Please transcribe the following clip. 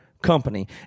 company